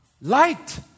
Light